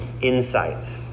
insights